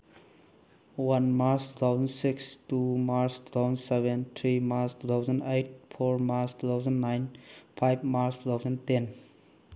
one March two thousand six two March two thousand seven three March two thousand eight four March two thousand nine five March two thousand ten